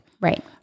Right